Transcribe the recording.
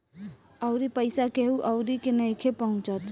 अउरी पईसा केहु अउरी के नइखे पहुचत